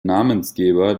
namensgeber